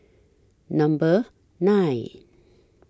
Number nine